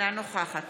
אינה נוכחת